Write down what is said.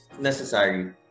necessary